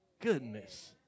goodness